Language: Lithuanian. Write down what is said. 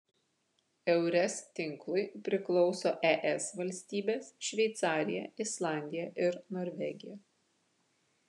eures tinklui priklauso es valstybės šveicarija islandija ir norvegija